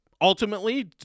ultimately